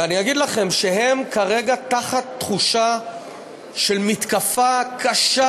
ואני אגיד לכם שהם כרגע תחת תחושה של מתקפה קשה: